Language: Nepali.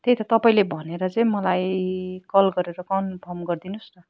त्यही त तपाईँले भनेर चाहिँ मलाई कल गरेर कन्फर्म गरिदिनु होस् न